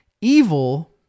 evil